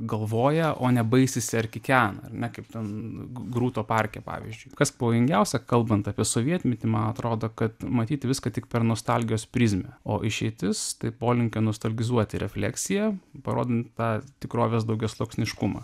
galvoja o ne baisisi ar kikena ar ne kaip ten grūto parke pavyzdžiui kas pavojingiausia kalbant apie sovietmetį man atrodo kad matyt viską tik per nostalgijos prizmę o išeitis tai polinkio nuostalgizuoti refleksiją parodant tą tikrovės daugiasluoksniškumą